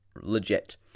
legit